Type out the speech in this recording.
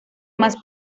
más